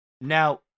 now